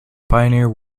pioneer